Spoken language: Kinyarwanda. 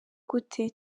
gute